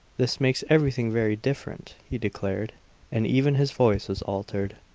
this makes everything very different! he declared and even his voice was altered.